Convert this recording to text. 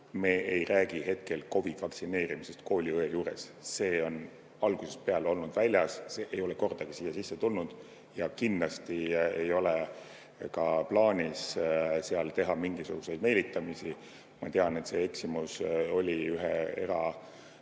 me ei räägi hetkel COVID-i vastu vaktsineerimisest kooliõe juures. See on algusest peale olnud väljas, ei ole kordagi siia sisse tulnud. Ja kindlasti ei ole ka plaanis seal teha mingisuguseid meelitamisi. Ma tean, et see eksimus oli ühe